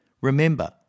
Remember